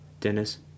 Dennis